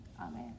Amen